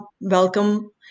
welcome